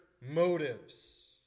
motives